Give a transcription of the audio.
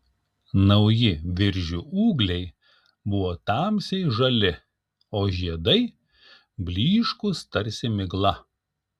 nauji viržių ūgliai buvo tamsiai žali o žiedai blyškūs tarsi migla